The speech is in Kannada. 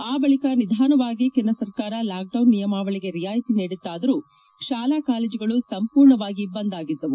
ಆ ಬಳಿಕ ನಿಧಾನವಾಗಿ ಕೇಂದ್ರ ಸರ್ಕಾರ ಲಾಕ್ ಡೌನ್ ನಿಯಮವಾಳಿಗೆ ರಿಯಾಯಿತಿ ನೀಡಿತ್ತಾದರೂ ಶಾಲಾ ಕಾಲೇಜುಗಳು ಸಂಪೂರ್ಣವಾಗಿ ಬಂದ್ ಆಗಿದ್ದವು